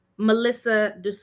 melissa